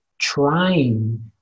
trying